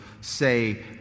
say